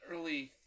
early